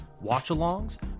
watch-alongs